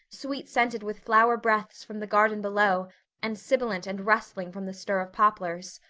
sweet-scented with flower breaths from the garden below and sibilant and rustling from the stir of poplars.